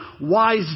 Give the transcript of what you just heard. wise